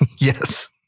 Yes